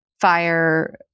fire